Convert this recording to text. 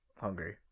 Hungry